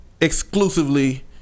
exclusively